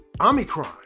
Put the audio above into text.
Omicron